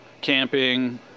camping